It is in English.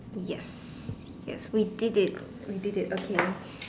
yes yes we did it we did it okay